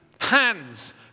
Hands